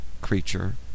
creature